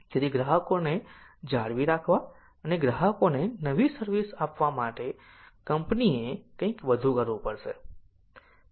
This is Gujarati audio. તેથી ગ્રાહકોને જાળવી રાખવા અને ગ્રાહકોને નવી સર્વિસ આપવા માટે કંપનીએ કંઈક વધુ કરવું પડશે